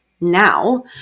now